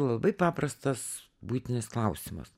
labai paprastas buitinis klausimas